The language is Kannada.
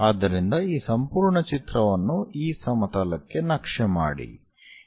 ಆದ್ದರಿಂದ ಈ ಸಂಪೂರ್ಣ ಚಿತ್ರವನ್ನು ಈ ಸಮತಲಕ್ಕೆ ನಕ್ಷೆ ಮಾಡಿ